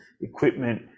equipment